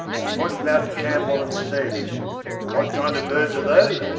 he pointed them out to campbell, and said what kind of birds are they?